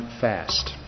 fast